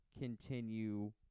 continue